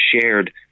shared